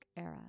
era